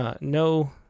no